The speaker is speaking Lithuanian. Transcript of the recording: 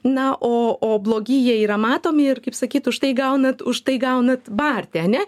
na o o blogi jie yra matomi ir kaip sakyt už tai gaunat už tai gaunat barti ane